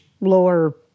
lower